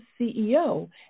CEO